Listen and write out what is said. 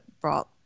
brought